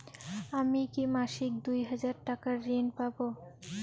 আমি কি মাসিক দুই হাজার টাকার ঋণ পাব?